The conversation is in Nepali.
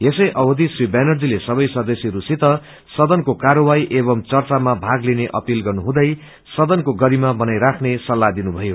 यसै अवधि श्री व्यानर्जीले सबै सदस्यहरू सित सदनको कार्यवाही एवम् चर्चामा भाग लिने अपील गर्नुहुँदै सदनको गरिमा बनाईराख्ने सल्लाह दिनुभयो